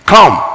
Come